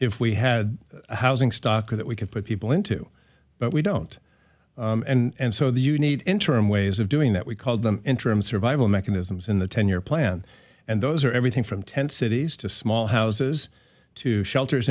if we had housing stock that we could put people into but we don't and so the you need interim ways of doing that we called them interim survival mechanisms in the ten year plan and those are everything from tent cities to small houses to shelters